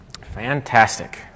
Fantastic